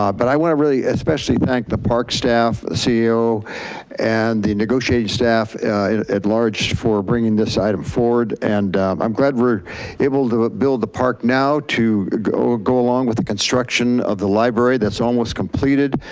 um but i wanna really especially thank the park staff, ceo and the negotiating staff at large, for bringing this item forward. and i'm glad we're able to build the park now to go go along with the construction of the library that's almost completed,